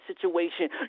situation